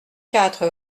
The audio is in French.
quatre